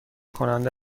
کننده